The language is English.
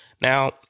Now